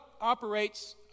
operates